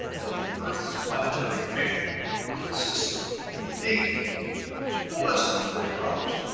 that the earth's planetary family consists of only eight no less than thirty others,